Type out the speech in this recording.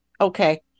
okay